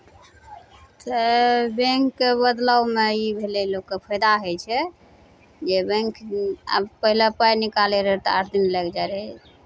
तऽ बैंकके बदलावमे ई भेलै लोककेँ फाइदा होइ छै जे बैंक आब पहिले पाइ निकालैत रहै तऽ आठ दिन लागि जाइत रहै